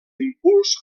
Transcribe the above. impuls